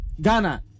Ghana